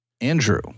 Andrew